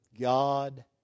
God